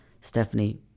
Stephanie